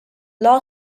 law